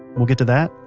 we'll get to that,